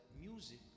music